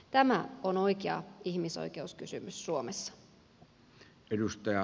tämä on oikea ihmisoikeuskysymys suomessa